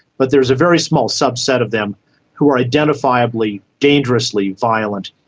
but there is a very small subset of them who are identifiably dangerously violent.